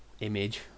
image